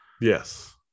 yes